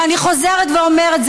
ואני חוזרת ואומרת,